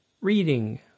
reading